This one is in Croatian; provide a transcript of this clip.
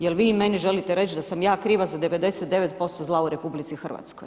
Jel vi meni želite reći, da sam ja kriva za 99% zla u RH?